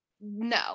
no